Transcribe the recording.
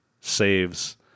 saves